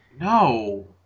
No